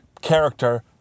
character